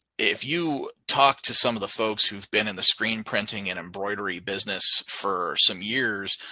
if you talk to some of the folks who've been in the screen printing and embroidery business for some years,